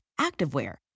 activewear